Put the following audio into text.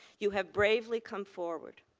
you have bravely come forward.